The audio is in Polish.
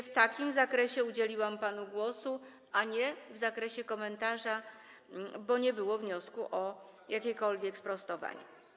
W takim zakresie udzieliłam panu głosu, a nie w zakresie komentarza, bo nie było wniosku o jakiekolwiek sprostowanie.